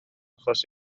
achos